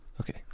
Okay